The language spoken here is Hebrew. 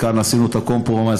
כאן עשינו את הקומפרומיס,